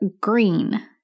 green